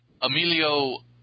Emilio